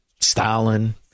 Stalin